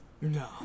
No